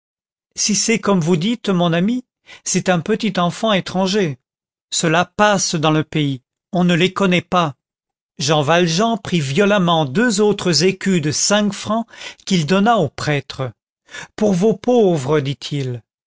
si c'est comme vous dites mon ami c'est un petit enfant étranger cela passe dans le pays on ne les connaît pas jean valjean prit violemment deux autres écus de cinq francs qu'il donna au prêtre pour vos pauvres dit-il